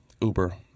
Uber